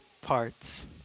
parts